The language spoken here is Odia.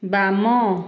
ବାମ